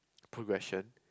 progression